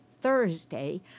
Thursday